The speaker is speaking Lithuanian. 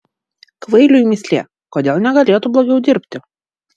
kvailiui mįslė kodėl negalėtų blogiau dirbti